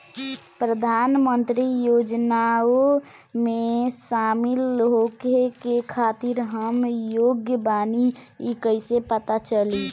प्रधान मंत्री योजनओं में शामिल होखे के खातिर हम योग्य बानी ई कईसे पता चली?